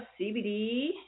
CBD